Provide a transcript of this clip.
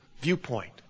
viewpoint